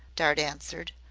dart answered.